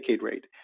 rate